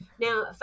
Now